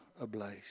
ablaze